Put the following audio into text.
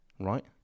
right